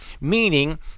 Meaning